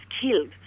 killed